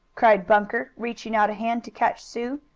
cried bunker, reaching out a hand to catch sue.